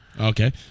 Okay